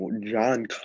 John